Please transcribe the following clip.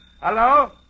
Hello